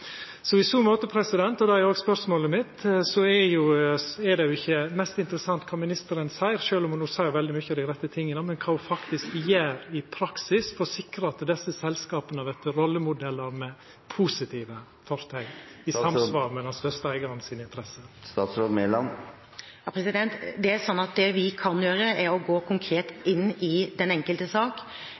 så måte, og det er også spørsmålet mitt, er det ikkje mest interessant kva ministeren seier – sjølv om ho no seier veldig mykje dei rette tinga – men kva ho faktisk gjer i praksis for å sikra at desse selskapa vert rollemodellar med positivt forteikn, i samsvar med dei største eigarane sine interesser. Det vi kan gjøre, er å gå konkret inn i den enkelte sak,